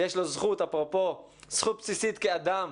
יש לו זכות בסיסית כאדם